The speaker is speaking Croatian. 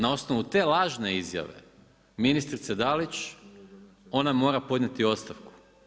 Na osnovu te lažne izjave, ministrice Dalić ona mora podnijeti ostavku.